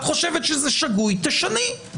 את חושבת שזה שגוי תשני.